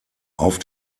auf